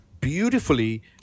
beautifully